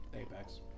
Apex